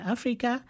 Africa